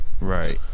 Right